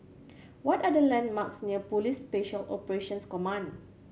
what are the landmarks near Police Special Operations Command